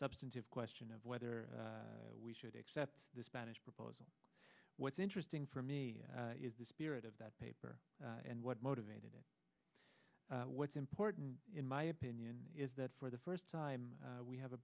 substantive question of whether we should accept the spanish proposal what's interesting for me is the spirit of that paper and what motivated it what's important in my opinion is that for the first time we have a